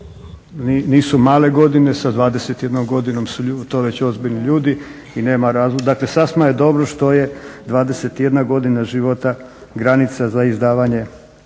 Nisu male godine, sa 21 godinom su to već ozbiljni ljudi i nema razloga, dakle sasma je dobro što je 21 godina života granica za izdavanje